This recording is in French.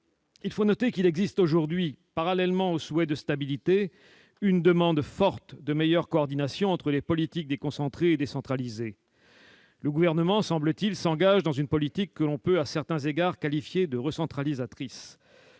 Il faut noter qu'il existe aujourd'hui, parallèlement au souhait de stabilité, une demande forte de meilleure coordination entre les politiques déconcentrées et décentralisées. Le Gouvernement semble s'engager dans une politique que l'on peut, à certains égards, qualifier de recentralisatrice.